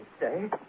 say